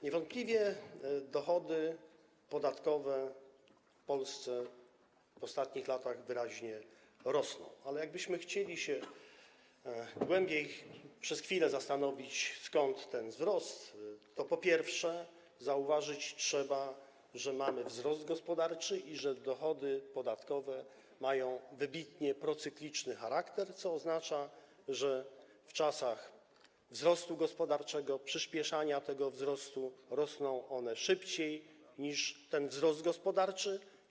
Niewątpliwie dochody podatkowe w Polsce w ostatnich latach wyraźnie rosną, ale jakbyśmy chcieli się głębiej przez chwilę zastanowić, skąd ten wzrost, to trzeba by było zauważyć, po pierwsze, że mamy wzrost gospodarczy i że dochody podatkowe mają wybitnie procykliczny charakter, co oznacza, że w czasach wzrostu gospodarczego, przyspieszania tego wzrostu rosną one szybciej niż ten wzrost gospodarczy.